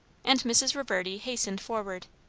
and mrs. reverdy hastened forward.